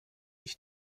ich